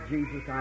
Jesus